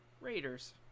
Raiders